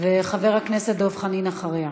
וחבר הכנסת דב חנין אחריה.